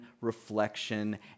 reflection